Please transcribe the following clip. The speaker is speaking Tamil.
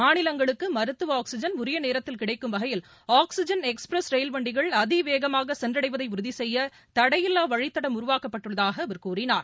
மாநிலங்களுக்கு மருத்துவ ஆக்ஸிஜன் உரிய நேரத்தில் கிடைக்கும் வகையில் ஆக்ஸிஜன் எக்ஸ்பிரஸ் ரயில் வண்டிகள் அதிவேகமாக சென்றடைவதை உறுதி செய்ய தடையில்லா வழித்தடம் உருவாக்கப்பட்டுள்ளதாக அவர் கூறினார்